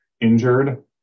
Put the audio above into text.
injured